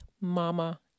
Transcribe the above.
mama